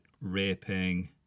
raping